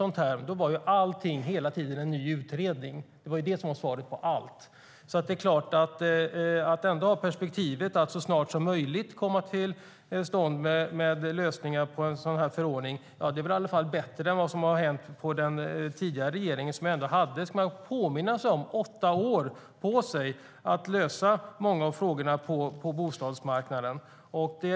Då var svaret på allting hela tiden en ny utredning. Att ha perspektivet att så snart som möjligt få till stånd lösningar på en sådan här förordning är väl i alla fall bättre än vad som hände under den tidigare regeringen. Den hade ändå - det ska man påminna sig - åtta år på sig att lösa många av frågorna på bostadsmarknaden.